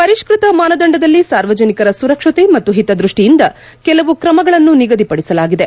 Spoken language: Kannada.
ಪರಿಷ್ಲತ ಮಾನದಂದದಲ್ಲಿ ಸಾರ್ವಜನಿಕರ ಸುರಕ್ಷತೆ ಮತ್ತು ಹಿತದ್ವಷ್ಟಿಯಿಂದ ಕೆಲವು ಕ್ರಮಗಳನ್ನು ನಿಗದಿಪಡಿಸಲಾಗಿದೆ